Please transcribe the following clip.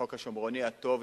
חוק השומרוני הטוב,